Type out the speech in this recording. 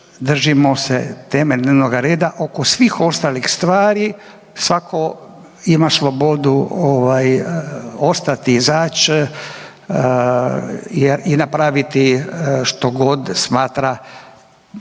držimo se teme dnevnoga reda. Oko svih ostalih stvari svako ima slobodu ostati, izaći i napraviti što god smatra